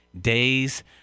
days